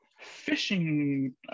fishing